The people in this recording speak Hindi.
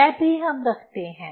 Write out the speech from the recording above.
वह भी हम रखते हैं